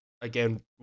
Again